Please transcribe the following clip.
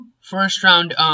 first-round